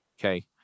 okay